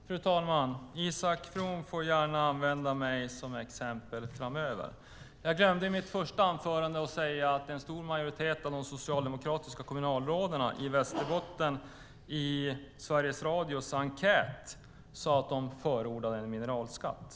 Fru talman! Isak From får gärna använda mig som exempel framöver. Jag glömde i mitt första anförande att säga att en stor majoritet av de socialdemokratiska kommunalråden i Västerbotten i Sveriges Radios enkät sade att de förordar en mineralskatt.